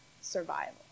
survival